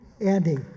Andy